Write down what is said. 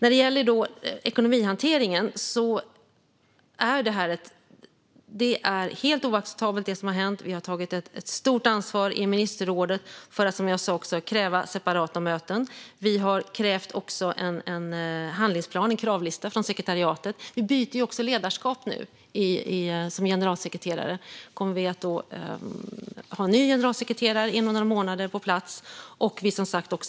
I fråga om ekonomihanteringen är det som hänt helt oacceptabelt. Vi har tagit ett stort ansvar i ministerrådet för att kräva separata möten. Vi har även en kravlista med en handlingsplan från sekretariatet. Nu byter vi dessutom ledarskap för posten som generalsekreterare. Inom några månader kommer en ny generalsekreterare på plats.